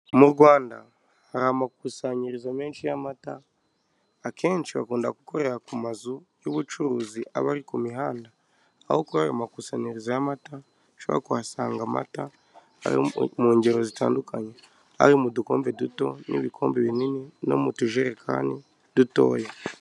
Mu Rwanda hari amakusanyirizo menshi y'amata akenshi akunda gukorera ku mazu y'ubucuruzi aba ari ku mihanda, aho kuba ayo makusananiririza y matasha kuhasanga amata ari mu ngero zitandukanye, ari mu dukombe duto n'ibikombe binini no mu tujerekani dutoya.